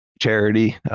charity